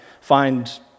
find